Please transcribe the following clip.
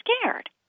scared